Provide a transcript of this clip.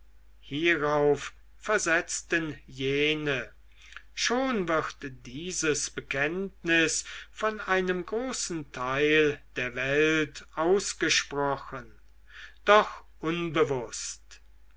hierauf versetzten jene schon wird dieses bekenntnis von einem großen teil der welt ausgesprochen doch unbewußt